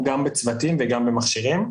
גם בצוותים וגם במכשירים.